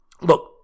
Look